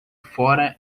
fora